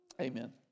Amen